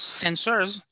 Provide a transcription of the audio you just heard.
sensors